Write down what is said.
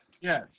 Yes